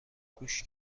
گوش